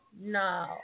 No